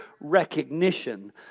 recognition